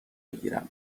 بگیرم